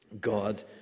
God